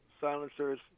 silencers